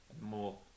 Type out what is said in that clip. more